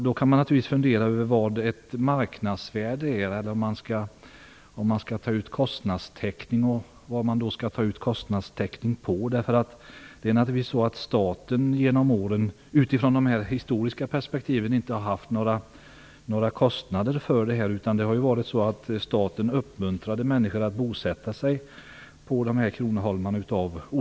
Då kan man naturligtvis fundera över marknadsvärdet och om man skall ta ut kostnadstäckning och i så fall för vad. Staten har genom åren - utifrån de här historiska perspektiven - inte haft några kostnader för detta. Staten uppmuntrade av olika skäl människor att bosätta sig på kronoholmarna.